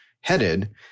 headed